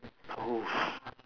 !oo!